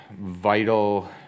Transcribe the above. vital